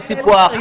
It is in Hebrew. ציפורים.